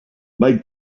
mae